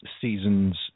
seasons